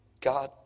God